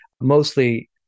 mostly